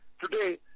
today